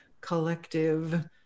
collective